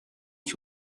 qui